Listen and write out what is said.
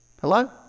Hello